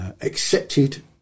accepted